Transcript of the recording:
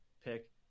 pick